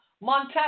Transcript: Montana